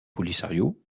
polisario